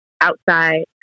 outside